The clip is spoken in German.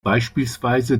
beispielsweise